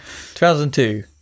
2002